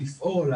לפעול,